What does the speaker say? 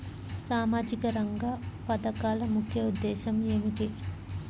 సామాజిక రంగ పథకాల ముఖ్య ఉద్దేశం ఏమిటీ?